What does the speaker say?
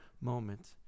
moment